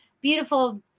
beautiful